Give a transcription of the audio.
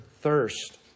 thirst